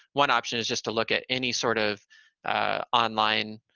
one option is just to look at any sort of online